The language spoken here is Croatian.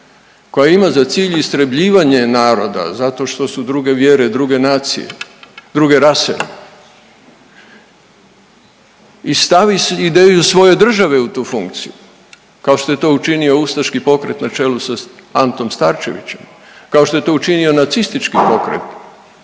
koja ima za cilj istrebljivanje naroda zato što su druge vjere, druge nacije, druge rase i stavi ideju svoje države u tu funkciju kao što je to učinio ustaški pokret na čelu sa Antom Starčevićem, kao što je to učinio nacistički pokret.